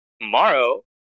Tomorrow